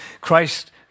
Christ